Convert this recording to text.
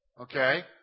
okay